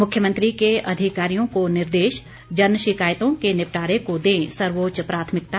मुख्यमंत्री के अधिकारियों को निर्देश जनशिकायतों के निपटारे को दें सर्वोच्च प्राथमिकता